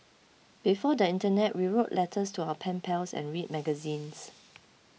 before the internet we wrote letters to our pen pals and read magazines